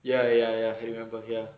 ya ya ya I remember ya